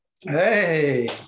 Hey